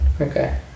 Okay